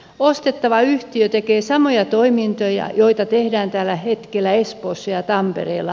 ostettava yhtiö tekee samoja toimintoja joita tehdään tällä hetkellä espoossa ja tampereella